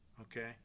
okay